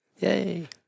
Yay